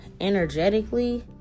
energetically